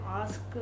ask